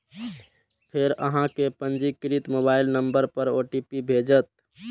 फेर अहां कें पंजीकृत मोबाइल नंबर पर ओ.टी.पी भेटत